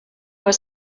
were